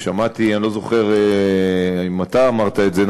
אני לא זוכר אם אתה אמרת את זה,